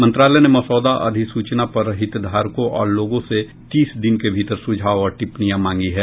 मंत्रालय ने मसौदा अधिसूचना पर हितधारकों और लोगों से तीस दिन के भीतर सुझाव और टिप्पणियां मांगी हैं